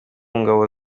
ngabo